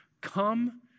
Come